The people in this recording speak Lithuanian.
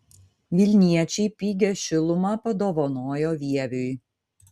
vilniečiai pigią šilumą padovanojo vieviui